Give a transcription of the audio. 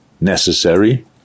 necessary